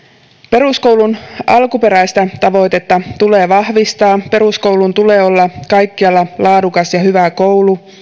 peruskoulun alkuperäistä tavoitetta tulee vahvistaa peruskoulun tulee olla kaikkialla laadukas ja hyvä koulu